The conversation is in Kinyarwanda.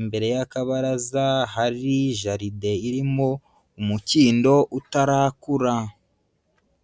imbere y'akabaraza hari jaride irimo umukindo utarakura.